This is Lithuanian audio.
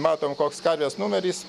matom koks karvės numeris